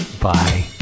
Bye